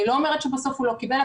אני לא אומרת שהוא בסוף לא קיבל,